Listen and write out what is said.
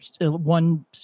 one